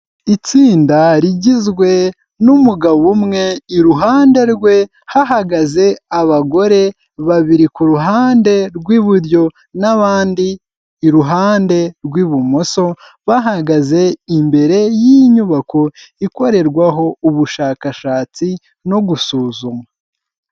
Itsinda rigizwe n'umugabo umwe, iruhande rwe hahagaze abagore babiri ku ruhande rw'iburyo n'abandi iruhande rw'ibumoso, bahagaze imbere y'inyubako ikorerwaho ubushakashatsi no gusuzuma.